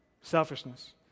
selfishness